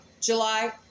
July